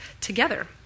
together